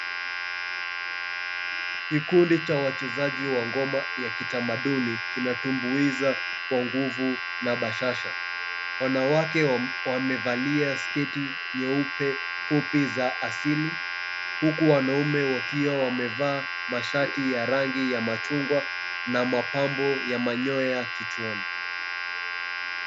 Kikundi cha wachezaji wa ngoma ya kitamaduni kinatumbuiza kwa nguvu na bashasha. Wanawake wamevalia sketi mweupe fupi za asili, huku wanaume wakiwa wamevaa masharti ya rangi ya machungwa na mapambo ya manyoya kichwani.